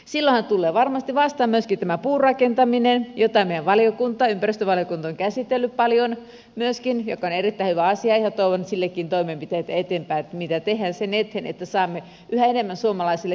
silloinhan tulee varmasti vastaan myöskin tämä puurakentaminen jota meidän valiokuntamme ympäristövaliokunta on käsitellyt paljon myöskin mikä on erittäin hyvä asia ja toivon toimenpiteitä eteenpäin sillekin mitä tehdään sen eteen että saamme yhä enemmän suomalaisille terveellisiä asuntoja